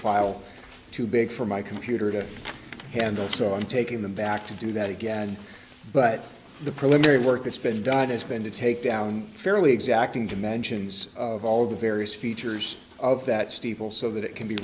file too big for my computer to handle so i'm taking them back to do that again but the preliminary work that's been done has been to take down fairly exacting dimensions of all of the various features of that steeple so that it can be